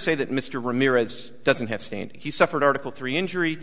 say that mr ramirez doesn't have stand he suffered article three injury